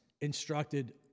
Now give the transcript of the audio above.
instructed